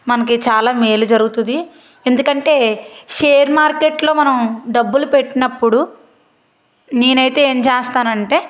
మనకి చాలా మేలు జరుగుతుంది ఎందుకంటే షేర్ మార్కెట్లో మనం డబ్బులు పెట్టినప్పుడు నేనైతే ఏం చేస్తానంటే